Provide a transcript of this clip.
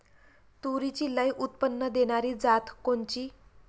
तूरीची लई उत्पन्न देणारी जात कोनची?